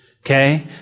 Okay